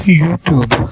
YouTube